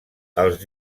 els